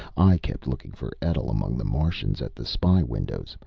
i kept looking for etl among the martians at the spy-windows,